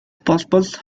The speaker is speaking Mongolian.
болбол